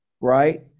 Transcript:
right